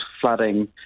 flooding